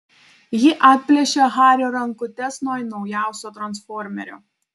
ji atplėšia hario rankutes nuo naujausio transformerio